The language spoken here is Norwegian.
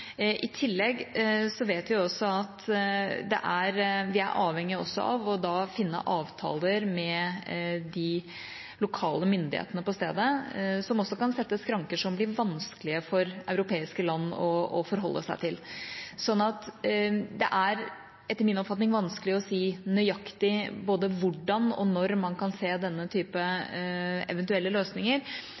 I tillegg vet vi også at vi er avhengig av å finne avtaler med de lokale myndighetene på stedet, som også kan sette skranker som blir vanskelige for europeiske land å forholde seg til. Det er etter min oppfatning vanskelig å si nøyaktig hvordan og når man kan se denne type eventuelle løsninger,